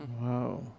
Wow